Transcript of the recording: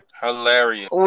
Hilarious